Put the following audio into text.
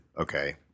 okay